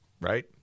right